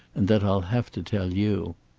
and that i'll have to tell you.